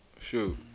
Shoot